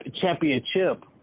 Championship